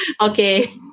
Okay